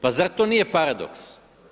Pa zar to nije paradoks?